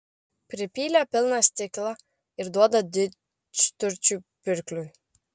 pripylė pilną stiklą ir duoda didžturčiui pirkliui